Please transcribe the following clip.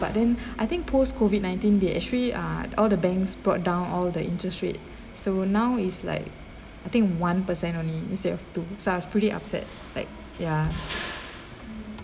but then I think post covid nineteen nineteen they actually are all the banks brought down all the interest rate so now is like I think one per cent only instead of two sounds pretty upset like ya